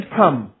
come